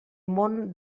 món